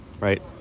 right